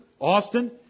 Austin